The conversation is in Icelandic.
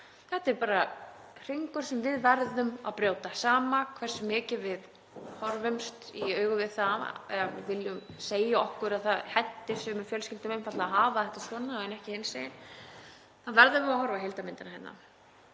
Þetta er bara hringur sem við verðum að brjóta. Sama hversu mikið við horfumst í augu við það eða viljum segja okkur að það henti sumum fjölskyldum einfaldlega að hafa þetta svona en ekki hinsegin þá verðum við að horfa á heildarmyndina.